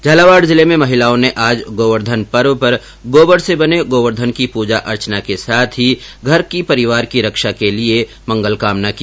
झालावाड़ जिले में महिलाओ ने आज गोवर्धन पर्व पर गोवर से बने गोवर्धन की पूजा अर्चना की साथ ही घर परिवार की रक्षा के लिए मंगल कामना की